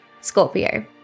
Scorpio